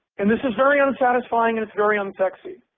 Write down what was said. and this is very unsatisfying and it's very unsexy.